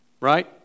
Right